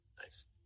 Nice